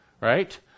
right